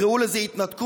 תקראו לזה התנתקות,